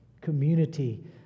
community